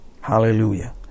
Hallelujah